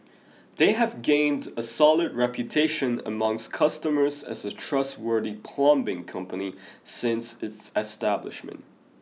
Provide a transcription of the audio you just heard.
they have gained a solid reputation amongst customers as a trustworthy plumbing company since its establishment